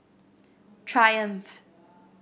triumph